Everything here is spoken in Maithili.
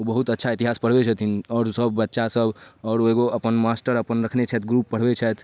ओ बहुत अच्छा इतिहास पढ़बै छथिन आओर सब बच्चासभ आओर ओ एगो अपन मास्टर अपन रखने छथि ग्रुप पढ़बै छथि